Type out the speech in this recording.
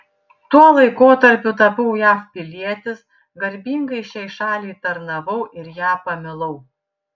tuo laikotarpiu tapau jav pilietis garbingai šiai šaliai tarnavau ir ją pamilau